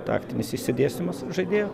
taktinis išsidėstymas žaidėjo